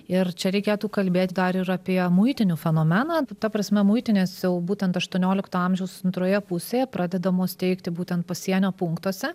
ir čia reikėtų kalbėti dar ir apie muitinių fenomeną ta prasme muitinės jau būtent aštuoniolikto amžiaus antroje pusėje pradedamos steigti būtent pasienio punktuose